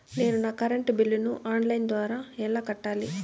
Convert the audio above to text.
నేను నా కరెంటు బిల్లును ఆన్ లైను ద్వారా ఎలా కట్టాలి?